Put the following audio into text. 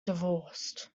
divorced